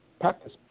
practice